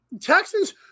Texans